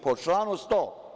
Po članu 100.